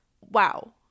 Wow